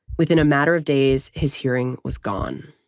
within a matter of days, his hearing was gone